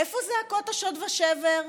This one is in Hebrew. איפה זעקות השוד ושבר?